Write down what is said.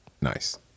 Nice